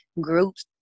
groups